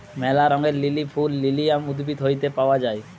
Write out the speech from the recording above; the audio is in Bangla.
ম্যালা রঙের লিলি ফুল লিলিয়াম উদ্ভিদ হইত পাওয়া যায়